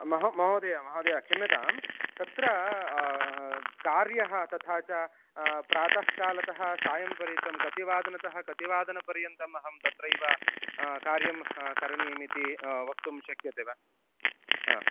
महो महोदय महोदय क्षम्यतां तत्र कार्यः तथा च प्रातःकालतः सायं परितं कति वादनतः कति वादनपर्यन्तम् अहं तत्रैव कार्यं करणीयमिति वक्तुं शक्यते वा हा